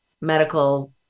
medical